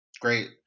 great